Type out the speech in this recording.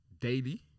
daily